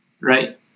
right